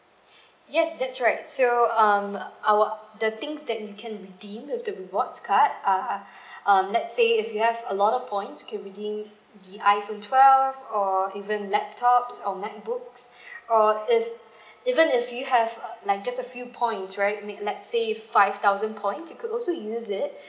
yes that's right so uh our the things that you can redeem with the rewards card uh um let's say if you have a lot of points can redeem the iphone twelve or even laptops or macbooks or if even if you have like just a few points right make let's say five thousand points you could also use it